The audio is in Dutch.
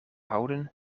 houden